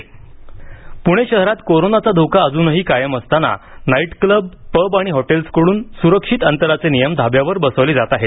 पणे कोरोना आवाहन पुणे शहरात कोरोनाचा धोका अजूनही कायम असताना नाइट क्लसब पब आणि हॉटेल्सकडून सुरक्षित अंतराचे नियम धाब्यावर बसवले जात आहेत